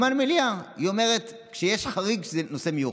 מכיוון שיש דעה נוספת,